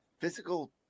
physical